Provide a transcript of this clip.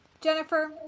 Jennifer